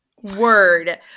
Word